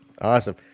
awesome